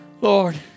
Lord